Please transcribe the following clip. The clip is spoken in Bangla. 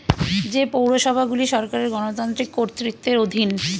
যে পৌরসভাগুলি সরকারের গণতান্ত্রিক কর্তৃত্বের অধীন